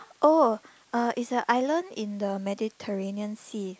oh uh it's an island in the Mediterranean sea